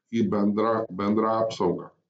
į bendrą bendrą apsaugą